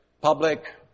public